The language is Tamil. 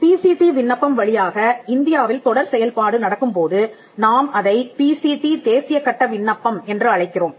பிசிடி விண்ணப்பம் வழியாக இந்தியாவில் தொடர் செயல்பாடு நடக்கும்போது நாம் அதை பிசிடி தேசிய கட்ட விண்ணப்பம் என்று அழைக்கிறோம்